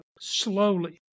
slowly